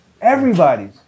Everybody's